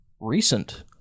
recent